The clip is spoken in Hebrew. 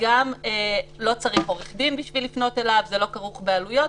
וגם לא צריך עורך-דין בשביל לפנות אליו וזה לא כרוך בעלויות.